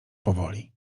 powoli